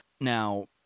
Now